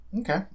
Okay